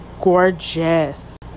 gorgeous